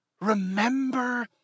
Remember